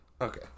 Okay